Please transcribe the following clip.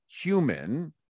human